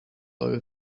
lower